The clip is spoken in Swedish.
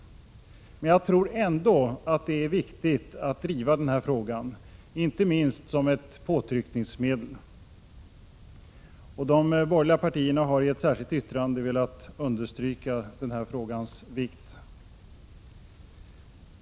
Jag tror ändå att det är viktigt att driva frågan, inte minst som ett påtryckningsmedel. De borgerliga partierna har i ett särskilt yttrande velat understryka frågans vikt.